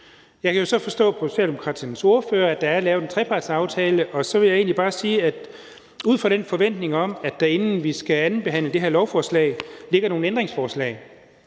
Jeg kan jo så forstå på Socialdemokraternes ordfører, at der er lavet en trepartsaftale, og jeg vil egentlig bare sige, at jeg ud fra den forventning om, at der, inden vi skal andenbehandle det her lovforslag, ligger nogle ændringsforslag,